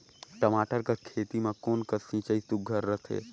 टमाटर कर खेती म कोन कस सिंचाई सुघ्घर रथे?